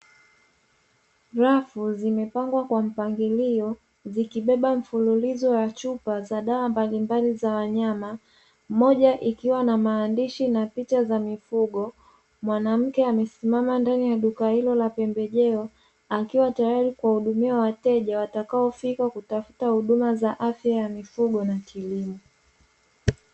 Rafu zimepangwa kwa mpangilio, zikibeba mfululizo wa chupa za dawa mbalimbali za wanyama, moja ikiwa na maandishi na picha za mifugo. Mwanamke amesimama ndani ya duka hilo la pembejeo, akiwa tayari kuwahudumia wateja, watakaofika kutafuta huduma za afya ya mifugo na kilimo.